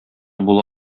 була